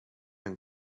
and